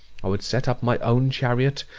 i would set up my own chariot.